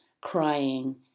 crying